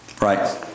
right